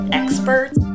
experts